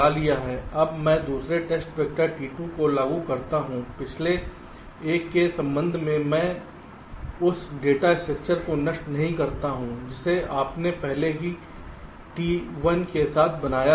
अब मैं दूसरे टेस्ट वेक्टर T2 को लागू करता हूं पिछले एक के संबंध में मैं उस डेटा स्ट्रक्चर को नष्ट नहीं करता हूं जिसे आपने पहले ही T1 के साथ बनाया था